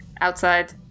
outside